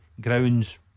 grounds